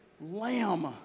Lamb